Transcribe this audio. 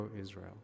Israel